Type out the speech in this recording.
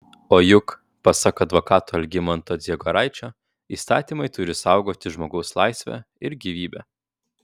o juk pasak advokato algimanto dziegoraičio įstatymai turi saugoti žmogaus laisvę ir gyvybę